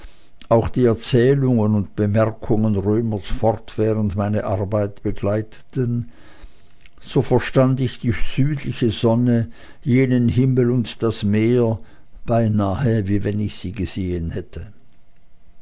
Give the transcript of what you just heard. auch die erzählungen und bemerkungen römers fortwährend meine arbeit begleiteten so verstand ich die südliche sonne jenen himmel und das meer beinahe wie wenn ich sie gesehen hätte